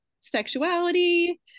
sexuality